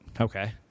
Okay